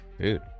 Dude